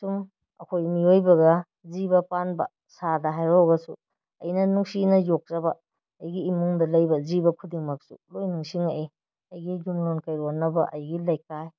ꯁꯨꯝ ꯑꯩꯈꯣꯏ ꯃꯤꯑꯣꯏꯕꯒ ꯖꯤꯕ ꯄꯥꯟꯕ ꯁꯥꯗ ꯍꯥꯏꯔꯨꯔꯒꯁꯨ ꯑꯩꯅ ꯅꯨꯡꯁꯤꯅ ꯌꯣꯛꯆꯕ ꯑꯩꯒꯤ ꯏꯃꯨꯡꯗ ꯂꯩꯕ ꯖꯤꯕ ꯈꯨꯗꯤꯡꯃꯛꯁꯨ ꯂꯣꯏ ꯅꯤꯡꯁꯤꯡꯉꯛꯏ ꯑꯩꯒꯤ ꯌꯨꯝꯂꯣꯟ ꯀꯩꯔꯣꯟꯅꯕ ꯑꯩꯒꯤ ꯂꯩꯀꯥꯏ